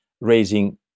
raising